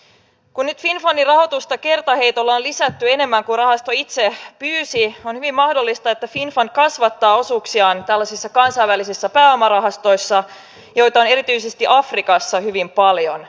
kun nyt finnfundin rahoitusta kertaheitolla on lisätty enemmän kuin rahasto itse pyysi on hyvin mahdollista että finnfund kasvattaa osuuksiaan tällaisissa kansainvälisissä pääomarahastoissa joita on erityisesti afrikassa hyvin paljon